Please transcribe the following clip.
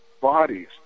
bodies